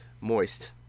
moist